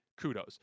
kudos